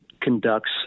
conducts